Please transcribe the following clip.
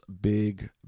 Big